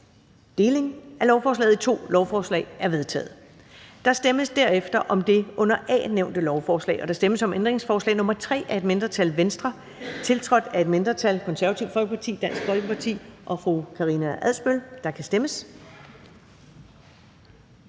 Deling af lovforslaget i to lovforslag er vedtaget. Der stemmes derefter om det under A nævnte lovforslag: Der stemmes om ændringsforslag nr. 3 af et mindretal (V), tiltrådt af et mindretal (KF, DF og Karina Adsbøl (UFG)). Der kan stemmes.